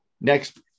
next